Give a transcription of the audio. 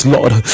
Lord